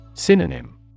Synonym